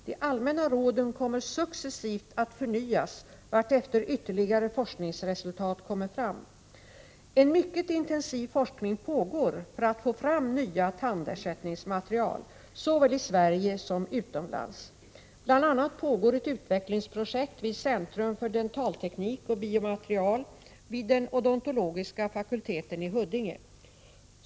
De allmänna råden kommer successivt att förnyas vartefter ytterligare forskningsresultat kommer fram. | En mycket intensiv forskning pågår för att få fram nya tandersättningsma 61 terial, såväl i Sverige som utomlands. Bl. a. pågår ett utvecklingsprojekt vid centrum för dentalteknik och biomaterial vid den odontologiska fakulteten i Huddinge.